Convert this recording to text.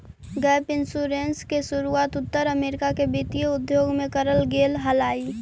gap insurance के शुरुआत उत्तर अमेरिका के वित्तीय उद्योग में करल गेले हलाई